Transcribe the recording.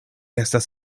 estas